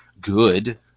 good